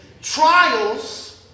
Trials